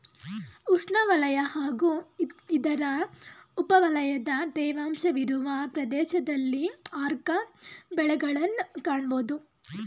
ಉಷ್ಣವಲಯ ಹಾಗೂ ಇದರ ಉಪವಲಯದ ತೇವಾಂಶವಿರುವ ಪ್ರದೇಶದಲ್ಲಿ ಆರ್ಕ ಬೆಳೆಗಳನ್ನ್ ಕಾಣ್ಬೋದು